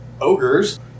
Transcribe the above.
Ogres